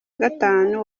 gatanu